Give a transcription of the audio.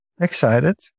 excited